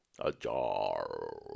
Ajar